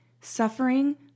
suffering